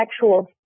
sexual